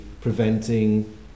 preventing